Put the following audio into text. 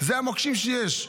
אלה המוקשים שיש.